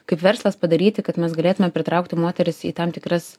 kaip verslas padaryti kad mes galėtume pritraukti moteris į tam tikras